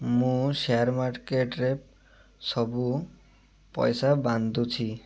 ମୁଁ ସେୟାର୍ ମାର୍କେଟ୍ରେ ସବୁ ପଇସା ବାନ୍ଧୁଛି